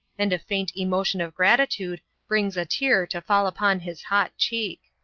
and a faint emotion of gratitude brings a tear to fall upon his hot cheek.